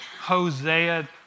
Hosea